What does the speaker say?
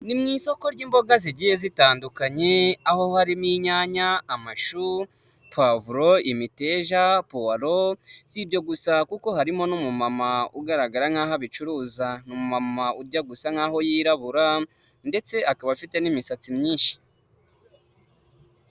Ni mu isoko ry'imboga zigiye zitandukanye aho harimo inyanya, amashu, puwavuro, imiteja, puwaro, sibyo ibyo gusa kuko harimo n'umu mama ugaragara nkaho abicuruza, ni umumama ujya gusa nk'aho yirabura ndetse akaba afite n'imisatsi myinshi.